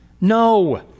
No